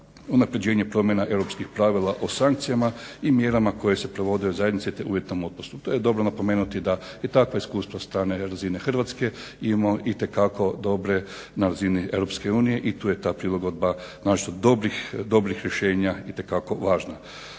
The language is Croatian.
unaprjeđenje promjena Europskih pravila o sankcijama, i mjerama koje se provede u zajednici te uvjetnom otpustu. To je dobro napomenuti da i takvo iskustvo sa …/Govornik se ne razumije radi prebrzog čitanja./… razine Hrvatske, imamo itekako dobre na razini Europske unije i tu je ta prilagodba, naročito dobrih, dobrih rješenja itekako važna.